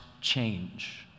change